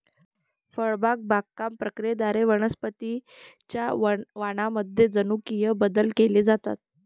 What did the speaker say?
फळबाग बागकाम प्रक्रियेद्वारे वनस्पतीं च्या वाणांमध्ये जनुकीय बदल केले जातात